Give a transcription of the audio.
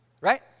right